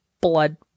blood